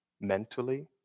mentally